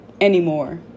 anymore